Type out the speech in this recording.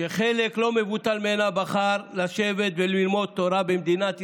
שחלק לא מבוטל ממנה בחר לשבת וללמוד תורה במדינת ישראל,